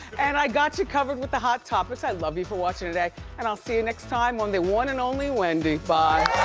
and i got you covered with the hot topics. i love you for watching today and i'll see you next time on the one and only wendy. bye.